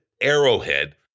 Arrowhead